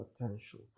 potential